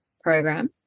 program